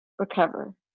recover